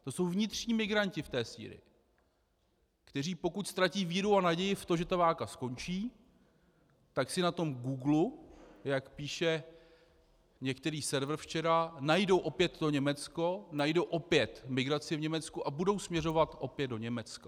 To jsou vnitřní migranti v té Sýrii, kteří pokud ztratí víru a naději v to, že ta válka skončí, tak si na tom Googlu, jak píše některý server včera, najdou opět to Německo, najdou opět migraci v Německu a budou směřovat opět do Německa.